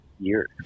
years